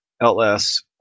ls